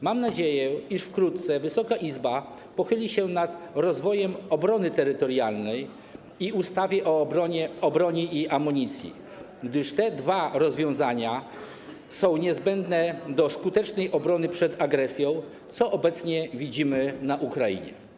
Mam nadzieję, iż wkrótce Wysoka Izba pochyli się nad rozwojem obrony terytorialnej i ustawą o broni i amunicji, gdyż te dwa rozwiązania są niezbędne do skutecznej obrony przed agresją, co obecnie widzimy na Ukrainie.